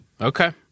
Okay